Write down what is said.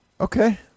Okay